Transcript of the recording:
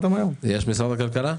יש פה נציג של משרד הכלכלה?